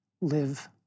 Live